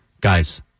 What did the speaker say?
Guys